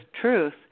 truth